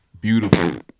beautiful